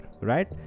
right